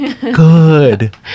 good